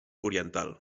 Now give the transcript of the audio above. oriental